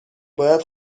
باید